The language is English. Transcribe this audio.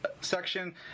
section